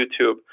YouTube